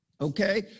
Okay